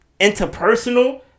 interpersonal